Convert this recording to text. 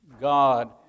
God